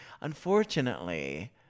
unfortunately